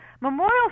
memorial